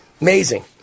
Amazing